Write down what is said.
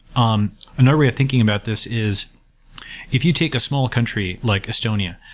um another way of thinking about this is if you take a small country, like estonia,